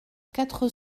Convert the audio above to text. quatre